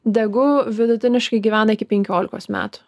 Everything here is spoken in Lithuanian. degu vidutiniškai gyvena iki penkiolikos metų